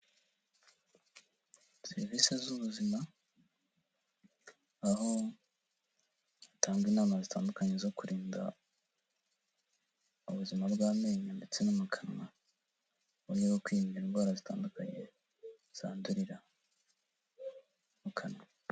Serivisi z'ubuzima aho utanga inama zitandukanye zo kurinda ubuzima bw'amenyo ndetse no mu kanwa, mu buryo bwo kwirinda indwara zitandukanye zandurira mu kanwa.